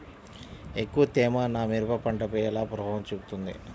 ఎక్కువ తేమ నా మిరప పంటపై ఎలా ప్రభావం చూపుతుంది?